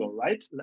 right